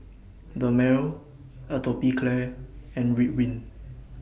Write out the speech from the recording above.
Dermale Atopiclair and Ridwind